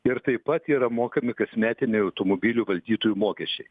ir taip pat yra mokami kasmetiniai automobilių valdytojų mokesčiai